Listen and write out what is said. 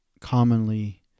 commonly